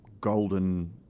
golden